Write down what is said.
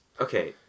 Okay